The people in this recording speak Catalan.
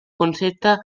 concepte